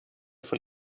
von